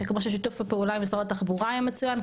שכמו ששיתוף הפעולה עם משרד התחבורה היה מצוין,